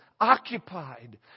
occupied